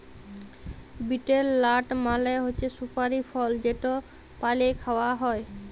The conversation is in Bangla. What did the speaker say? বিটেল লাট মালে হছে সুপারি ফল যেট পালে খাউয়া হ্যয়